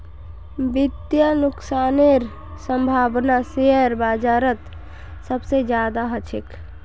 वित्तीय नुकसानेर सम्भावना शेयर बाजारत सबसे ज्यादा ह छेक